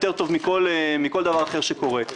יותר טוב מכל דבר אחר שקורה.